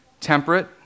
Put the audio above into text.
temperate